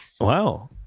Wow